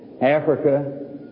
Africa